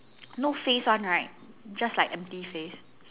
no face one right just like empty face